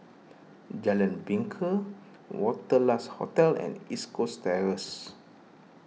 Jalan Bingka Wanderlust Hotel and East Coast Terrace